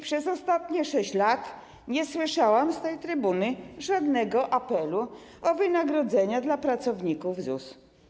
Przez ostatnie 6 lat nie słyszałam z tej trybuny żadnego apelu o wynagrodzenia dla pracowników ZUS.